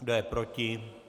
Kdo je proti?